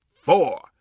four